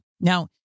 Now